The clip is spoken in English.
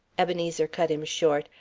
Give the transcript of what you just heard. ebenezer cut him short.